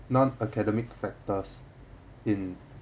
non academic factors in